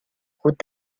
route